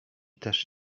też